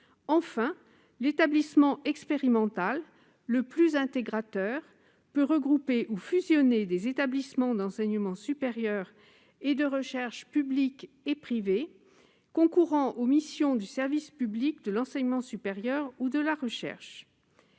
Enfin, un établissement expérimental- c'est le dispositif le plus intégrateur -peut regrouper ou fusionner des établissements d'enseignement supérieur et de recherche publics et privés concourant aux missions du service public de l'enseignement supérieur ou de la recherche.